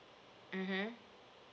mmhmm